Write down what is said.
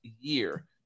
year